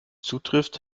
zutrifft